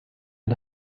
and